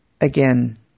again